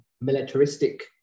militaristic